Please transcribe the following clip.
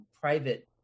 private